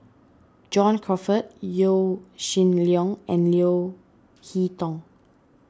John Crawfurd Yaw Shin Leong and Leo Hee Tong